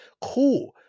Cool